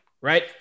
right